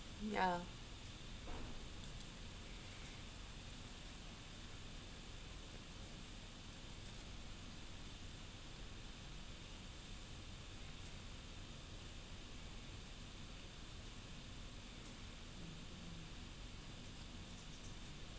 ya